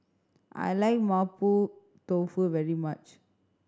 I like Mapo Tofu very much